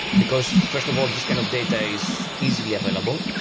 because first of all this kind of data is easily available.